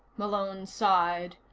malone sighed.